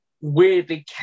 weirdly